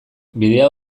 bidea